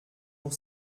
pour